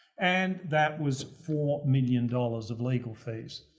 and that was four million dollars of legal fees,